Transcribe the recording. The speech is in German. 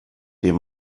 dem